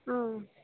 ಹಾಂ